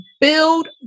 build